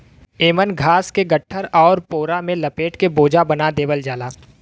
एमन घास के गट्ठर आउर पोरा में लपेट के बोझा बना देवल जाला